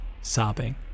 sobbing